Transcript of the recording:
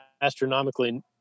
astronomically